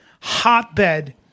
hotbed